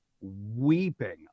weeping